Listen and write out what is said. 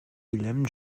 guillem